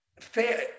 Fair